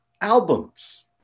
albums